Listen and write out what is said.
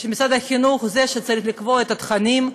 שמשרד החינוך הוא שצריך לקבוע את התכנים,